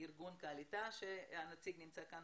ארגון קעליטה שנציגו נמצא כאן,